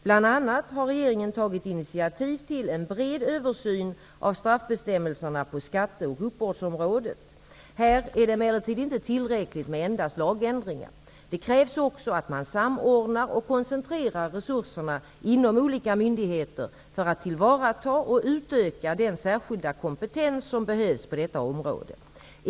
Bl.a. har regeringen tagit initiativ till en bred översyn av straffbestämmelserna på skatte och uppbördsområdet. Här är det emellertid inte tillräckligt med endast lagändringar. Det krävs också att man samordnar och koncentrerar resurserna inom olika myndigheter för att tillvarata och utöka den särskilda kompetens som behövs på detta område.